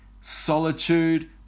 solitude